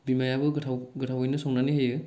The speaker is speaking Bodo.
बिमायाबो गोथाव गोथावैनो संनानै होयो